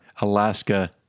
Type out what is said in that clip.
Alaska